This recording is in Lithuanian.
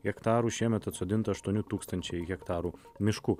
hektarų šiemet atsodinta aštuoni tūkstančiai hektarų miškų